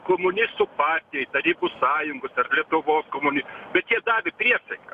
komunistų partijai tarybų sąjungos ar lietuvos komunis bet jie davė priesaiką